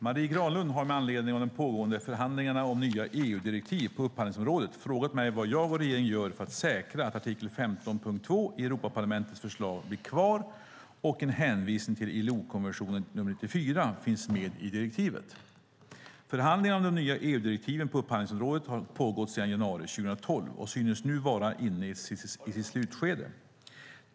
Marie Granlund har med anledning av de pågående förhandlingarna om nya EU-direktiv på upphandlingsområdet frågat mig vad jag och regeringen gör för att säkra att artikel 15.2 i Europaparlamentets förslag blir kvar och att en hänvisning till ILO-konvention nr 94 finns med i direktivet. Förhandlingarna om de nya EU-direktiven på upphandlingsområdet har pågått sedan januari 2012 och synes nu vara inne i sitt slutskede.